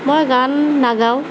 মই গান নাগাওঁ